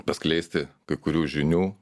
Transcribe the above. paskleisti kai kurių žinių